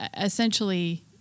essentially